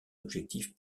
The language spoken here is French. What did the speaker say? objectifs